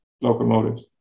locomotives